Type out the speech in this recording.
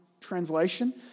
translation